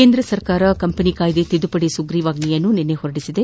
ಕೇಂದ್ರ ಸರ್ಕಾರ ಕಂಪನಿ ಕಾಯ್ದೆ ತಿದ್ದುಪದಿ ಸುಗ್ರೀವಾಜ್ಞೆಯನ್ನು ನಿನ್ನೆ ಹೊರಡಿಸಿದೆ